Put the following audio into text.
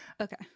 Okay